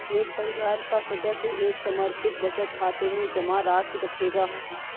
एक परिवार का सदस्य एक समर्पित बचत खाते में जमा राशि रखेगा